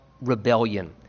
rebellion